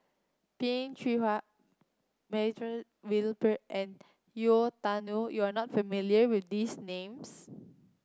Peh Chin Hua Montague William Pett and Yau Tian Yau you are not familiar with these names